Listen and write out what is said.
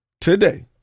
Today